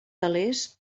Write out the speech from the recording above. telers